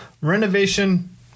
renovation